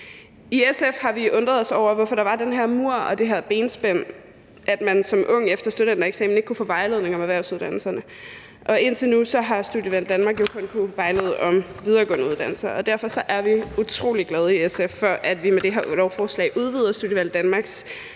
I SF har vi undret os over, hvorfor der var den her mur og det her benspænd: at man som ung efter studentereksamen ikke kunne få vejledning om erhvervsuddannelserne, og indtil nu har Studievalg Danmark jo kun kunnet vejlede om videregående uddannelser, og derfor er vi utrolig glade i SF for, at vi med det her lovforslag udvider Studievalg Danmarks